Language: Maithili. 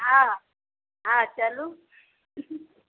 हँ हँ चलु